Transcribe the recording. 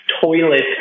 toilet